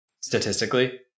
statistically